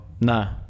no